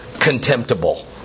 Contemptible